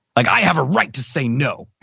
like i have a right to say no!